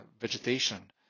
vegetation